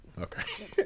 Okay